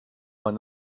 man